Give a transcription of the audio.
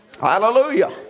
Hallelujah